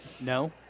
No